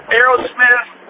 Aerosmith